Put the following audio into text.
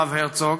הרב הרצוג,